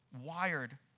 wired